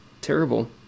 terrible